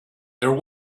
there